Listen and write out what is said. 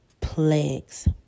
plagues